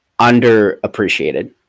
underappreciated